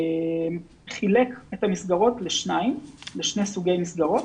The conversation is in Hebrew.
חילק את המסגרות לשני סוגי מסגרות